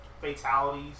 fatalities